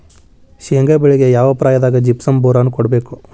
ಶೇಂಗಾ ಬೆಳೆಗೆ ಯಾವ ಪ್ರಾಯದಾಗ ಜಿಪ್ಸಂ ಬೋರಾನ್ ಕೊಡಬೇಕು?